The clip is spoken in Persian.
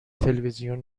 تلویزیون